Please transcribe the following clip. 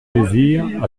saisirent